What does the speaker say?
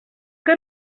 que